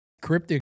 cryptic